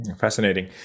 Fascinating